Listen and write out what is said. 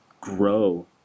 grow